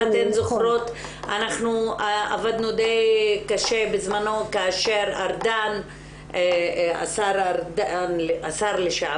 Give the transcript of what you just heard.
אם אתן זוכרות אנחנו עבדנו די קשה בזמנו כאשר השר לשעבר